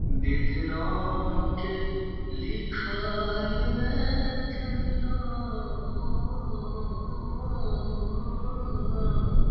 विधनाके लिखल नहि जनलहुँ